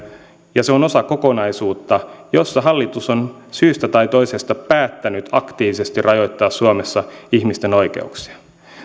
ja se on osa kokonaisuutta jossa hallitus on syystä tai toisesta päättänyt aktiivisesti rajoittaa suomessa ihmisten oikeuksia